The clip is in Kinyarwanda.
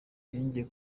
yongeye